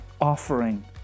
offering